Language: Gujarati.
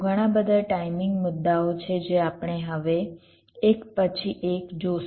ઘણા બધા ટાઇમિંગ મુદ્દાઓ છે જે આપણે હવે એક પછી એક જોશું